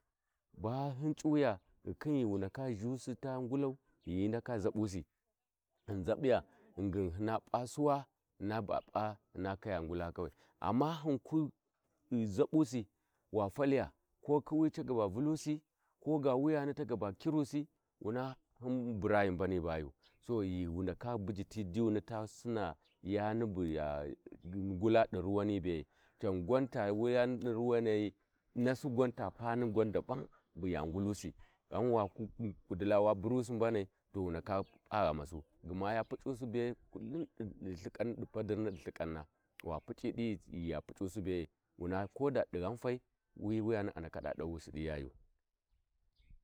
﻿Bahin c'uwuya ghikhin ghiwu ndaka zhusi fa ngulau ghi hi ndaka ʒabusi hin ʒaɓɓiya ghingin hina p’a suwa hina ba p’a hina khiya ngula kawai amma hinku ʒaɓɓu ko kuwi cu gaba vulusi koga wuya ta gaba kirusi wuna hin burahi mban bagu so ghi wu ndaka biji ti dijuni ta Sinna ghi ɗi ruwani bee can gwan ta wuyani di ruwanai nassi ghwan ta pani dabau ghi ya ngulusi ghau waku ƙudilla wa burusi mbanai wu ndaka p’a ghamasu gma ya pucusi be di padirna wa puc’i di ghi ya puc’usi bee koda dighaufai wi wuyani a ndaka dawusi diyayu.